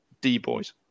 D-Boys